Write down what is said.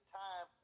time